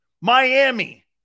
Miami